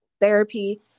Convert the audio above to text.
therapy